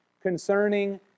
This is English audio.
concerning